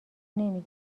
نمی